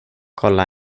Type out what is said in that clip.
kolla